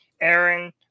Aaron